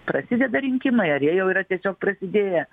prasideda rinkimai ar jie jau yra tiesiog prasidėję